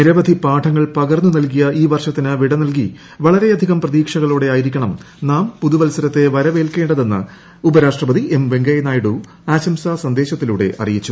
നിരവധി പാഠങ്ങൾ പകർന്ന് നൽകിയ ഈ വർഷത്തിന് വിടനൽകി വളരെയധികം പ്രതീക്ഷകളോടെ ആയിരിക്കണം നാം പുതുവത്സരത്തെ വരവേൽക്കേണ്ടതെന്ന് ഉപരാഷ്ട്രപതി എം വെങ്കയ്യനായിഡു ആശംസ സന്ദേശത്തിലൂടെ അറിയിച്ചു